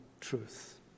truth